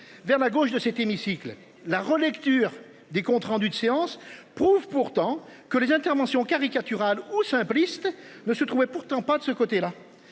Vers la gauche de cet hémicycle la relecture des comptes rendus de séance prouve pourtant que les interventions caricatural ou simpliste ne se trouvait pourtant pas de ce côté-là